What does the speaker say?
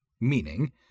meaning